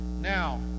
Now